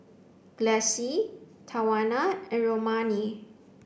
Gladyce Tawana and Romaine